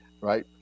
right